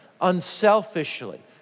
unselfishly